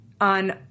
on